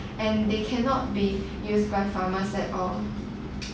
and they cannot be used by farmers at all